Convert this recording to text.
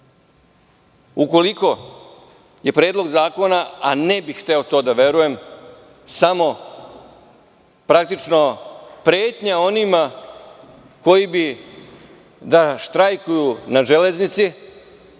dela. Ukoliko je Predlog zakona, a ne bih hteo to da verujem, samo pretnja onima koji bi da štrajkuju na železnici,